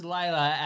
Layla